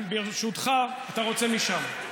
אם, ברשותך, אתה רוצה משם.